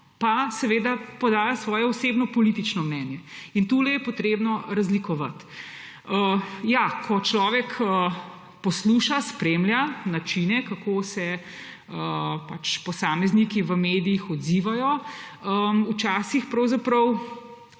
pa seveda poda svojo osebno politično mnenje in tukaj je potrebno razlikovati. Ja, ko človek posluša, spremlja načine, kako se pač posamezniki v medijih odzivajo, včasih lahko v